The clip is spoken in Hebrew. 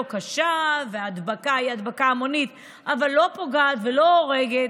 קשה וההדבקה היא הדבקה המונית אבל לא פוגעת ולא הורגת,